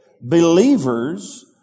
Believers